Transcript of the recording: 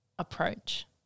approach